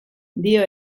dio